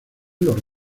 los